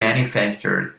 manufactured